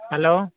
hello